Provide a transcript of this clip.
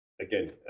again